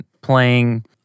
playing